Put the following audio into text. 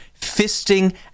fisting